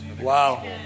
wow